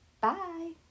Bye